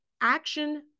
action